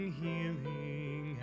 healing